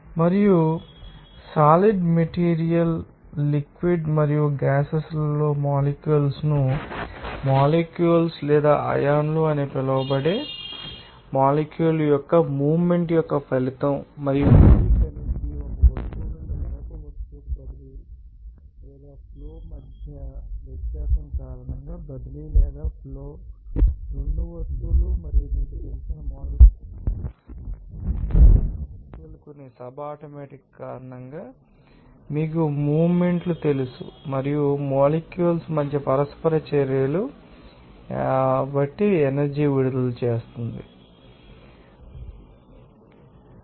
మరియు solid material liquid మరియు gases లలోని మొలిక్యూల్స్ ను మొలిక్యూల్స్ ను లేదా అయాన్లు అని పిలువబడే మొలిక్యూల్ యొక్క మూవ్మెంట్ యొక్క ఫలితం మరియు హీట్ ఎనర్జీ ఒక వస్తువు నుండి మరొక వస్తువుకు బదిలీ లేదా ఫ్లో మధ్య వ్యత్యాసం కారణంగా బదిలీ లేదా ఫ్లో రెండు వస్తువులు మరియు మీకు తెలిసిన మొలిక్యూల్ లేదా మొలిక్యూల్ కొన్ని సబ్ అటామిక్ కారణంగా మీకు మూవ్మెంట్ లు తెలుసు మరియు మొలిక్యూల్స్ మధ్య పరస్పర చర్యలు మీకు ఎనర్జీ ని విడుదల చేస్తాయని మీకు తెలుస్తుంది మరియు ఈ ఎనర్జీ విడుదల అని పిలుస్తారు ఇంటర్నల్ ఎనర్జీ